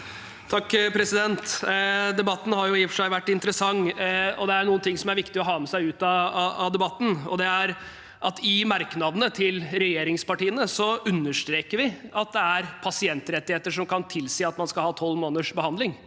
(A) Debatten har i og for seg vært interessant, og det er noen ting som er viktige å ha med seg ut av den. Det ene er at vi i merknadene fra regjeringspartiene understreker at det er pasientrettigheter som kan tilsi at man skal ha tolv måneders behandling.